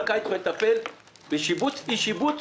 מטפל בשיבוץ/אי-שיבוץ,